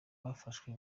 bafashwe